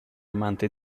amante